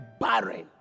barren